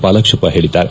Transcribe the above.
ಪಾಲಾಕ್ಷಪ್ಪ ಹೇಳಿದ್ದಾರೆ